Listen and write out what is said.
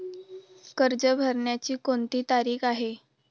कर्ज भरण्याची कोणती तारीख आहे?